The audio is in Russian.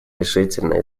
решительно